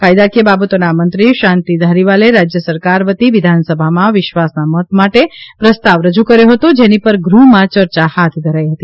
કાયદાકીય બાબતોના મંત્રી શાંતિ ધારીવાલે રાજ્ય સરકાર વતી વિધાનસભામાં વિશ્વાસના મત માટે પ્રસ્તાવ રજૂ કર્યો હતો જેની પર ગૃહમાં યર્યા હાથ ધરાઈ હતી